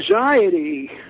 anxiety